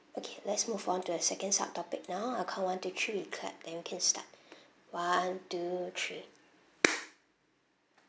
okay let's move on to the second subtopic now I count one two three clap then we can start one two three